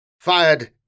fired